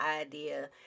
idea